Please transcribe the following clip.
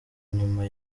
nyuma